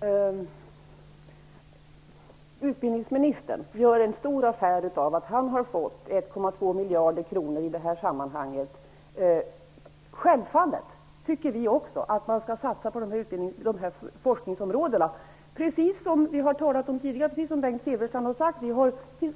Herr talman! Utbildningsministern gör en stor affär av att han har fått 1,2 miljarder kronor i det här sammanhanget. Självfallet tycker vi också att man skall satsa på de här forskningsområdena, precis som vi har talat om här tidigare. Precis som Bengt Silfverstrand har sagt